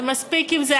ומספיק עם זה.